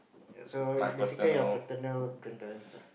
so basically your paternal grandparents lah